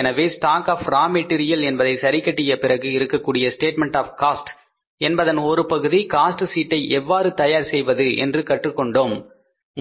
எனவே stock of raw material என்பதை சரி கட்டிய பிறகு இருக்கக்கூடிய ஸ்டேட்மெண்ட் ஆப் காஸ்ட் என்பதன் ஒரு பகுதி காஸ்ட் சீட்டை எவ்வாறு தயார் செய்வது என்று கற்றுக் கொண்டோம்